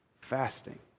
fasting